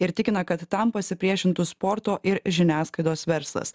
ir tikina kad tam pasipriešintų sporto ir žiniasklaidos verslas